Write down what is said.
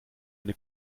eine